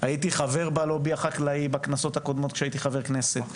הייתי חבר בלובי החקלאי בכנסות הקודמות כשהייתי חבר כנסת.